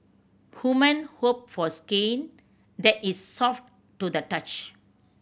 women hope for skin that is soft to the touch